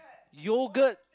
yogurt